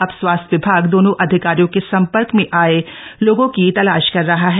अब स्वास्थ्य विभाग दोनों अधिकारियों के संपर्क में आए लोगों की तलाश कर रहा है